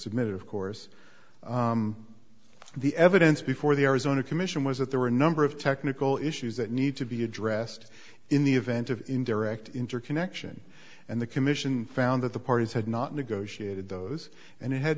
submitted of course the evidence before the arizona commission was that there were a number of technical issues that need to be addressed in the event of indirect interconnection and the commission found that the parties had not negotiated those and